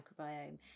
microbiome